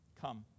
Come